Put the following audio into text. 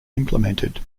implemented